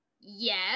Yes